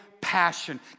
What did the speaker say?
passion